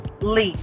leap